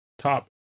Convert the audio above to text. Top